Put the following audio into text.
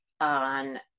on